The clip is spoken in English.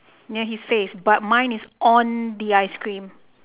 near his face but mine is on the ice cream